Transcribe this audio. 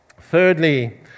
Thirdly